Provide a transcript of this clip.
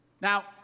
Now